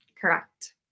Correct